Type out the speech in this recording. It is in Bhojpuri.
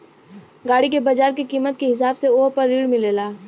गाड़ी के बाजार के कीमत के हिसाब से वोह पर ऋण मिलेला